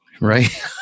Right